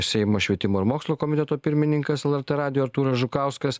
seimo švietimo ir mokslo komiteto pirmininkas lrt radijui artūras žukauskas